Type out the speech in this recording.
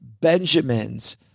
Benjamins